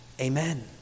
Amen